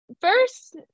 First